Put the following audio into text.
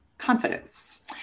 confidence